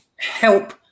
help